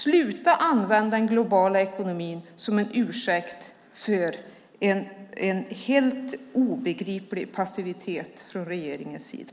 Sluta använda den globala ekonomin som en ursäkt för en helt obegriplig passivitet från regeringens sida!